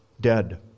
dead